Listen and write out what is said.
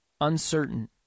uncertain